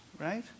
Right